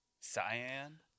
Cyan